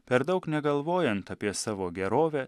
per daug negalvojant apie savo gerovę